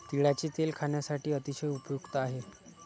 तिळाचे तेल खाण्यासाठी अतिशय उपयुक्त आहे